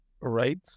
right